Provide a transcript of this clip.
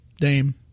Dame